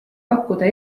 pakkuda